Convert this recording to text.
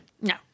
No